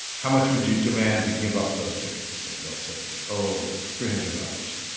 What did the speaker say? how much would you demand to give up those tickets? and they'll say, oh, three hundred dollars.